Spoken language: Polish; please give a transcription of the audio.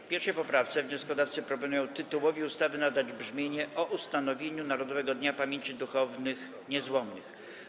W 1. poprawce wnioskodawcy proponują tytułowi ustawy nadać brzmienie „o ustanowieniu Narodowego Dnia Pamięci Duchownych Niezłomnych”